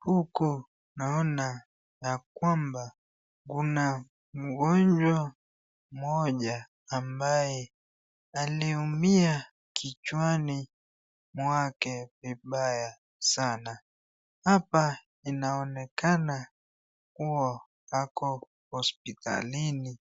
Huko naona ya kwamba kuna mgonjwa mmoja ambaye aliumia kichwani mwake vibaya sana. Hapa inaonekana kuwa ako hospitalini,